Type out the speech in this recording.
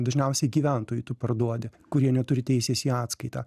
dažniausiai gyventojui tu parduodi kurie neturi teisės į atskaitą